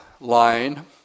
line